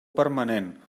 permanent